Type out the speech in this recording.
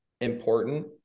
important